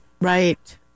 Right